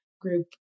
group